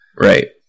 Right